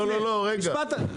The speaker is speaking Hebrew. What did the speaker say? לא, לא, לא, רגע.